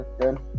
Good